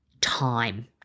Time